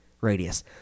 Radius